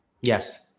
Yes